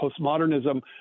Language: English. postmodernism